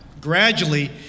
Gradually